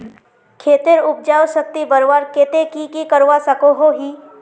खेतेर उपजाऊ शक्ति बढ़वार केते की की करवा सकोहो ही?